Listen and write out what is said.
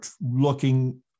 looking